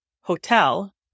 hotel